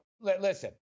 listen